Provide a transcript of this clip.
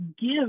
give